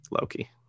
Loki